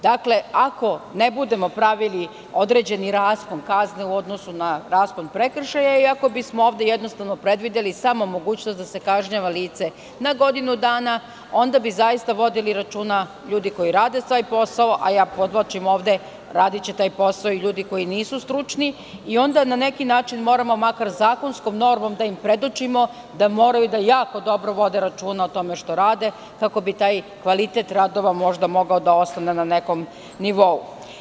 Dakle, ako ne budemo pravili određeni raspon kazne u odnosu na raspon prekršaja i ako bismo ovde jednostavno predvideli samo mogućnost da se kažnjava lice na godinu dana, onda bi zaista vodili računa ljudi koji rade taj posao, a podvlačim da će ga raditi i ljudi koji nisu stručni i onda na neki način moramo makar zakonskom normom da im predočimo da moraju da jako dobro vode računa o tome što rade kako bi taj kvalitet radova možda mogao da ostane na nekom nivou.